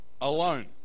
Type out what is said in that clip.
alone